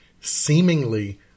seemingly